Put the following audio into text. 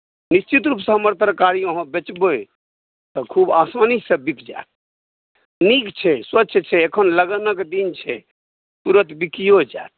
नीश्चित रूपसे हमर तरकारी अहाँ बेचबै तऽ खूब आसानीसे बिक जायत नीक छै स्वच्छ छै एखन लगनक दिन छै तुरन्त बिकिओ जायत